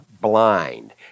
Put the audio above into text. blind